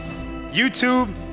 YouTube